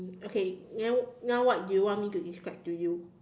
okay then now what do you want me to describe to you